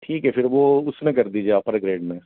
ठीक है फिर वह उसमें कर दीजिए अपर ग्रेड में